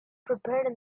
prepared